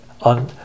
on